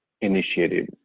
initiative